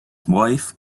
wife